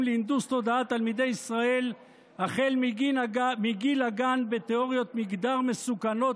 להנדוס תודעת תלמידי ישראל החל מגיל הגן בתיאוריות מגדר מסוכנות,